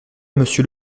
monsieur